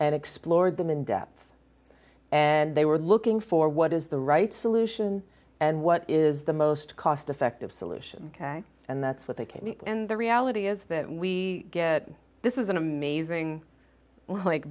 and explored them in depth and they were looking for what is the right solution and what is the most cost effective solution ok and that's what they came in and the reality is that we get this is an amazing